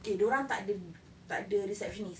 K dia orang tak ada tak ada receptionist